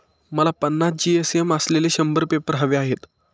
मला पन्नास जी.एस.एम असलेले शंभर पेपर हवे आहेत